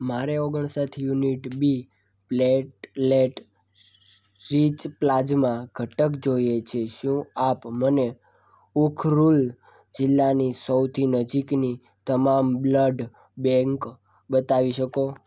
મારે ઓગણ સાઠ unit B platelet rich plasma ઘટક જોઈએ છે શું આપ મને ઉખરુલ જિલ્લાની સૌથી નજીકની તમામ બ્લડ બેંક બતાવી શકો